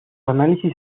análisis